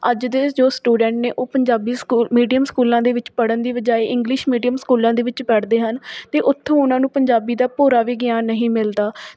ਅੱਜ ਦੇ ਜੋ ਸਟੂਡੈਂਟ ਨੇ ਉਹ ਪੰਜਾਬੀ ਸਕੂਲ ਮੀਡੀਅਮ ਸਕੂਲਾਂ ਦੇ ਵਿੱਚ ਪੜ੍ਹਨ ਦੀ ਬਜਾਏ ਇੰਗਲਿਸ਼ ਮੀਡੀਅਮ ਸਕੂਲਾਂ ਦੇ ਵਿੱਚ ਪੜ੍ਹਦੇ ਹਨ ਅਤੇ ਉੱਥੋਂ ਉਹਨਾਂ ਨੂੰ ਪੰਜਾਬੀ ਦਾ ਭੋਰਾ ਵੀ ਗਿਆਨ ਨਹੀਂ ਮਿਲਦਾ